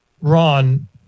Ron